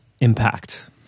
impact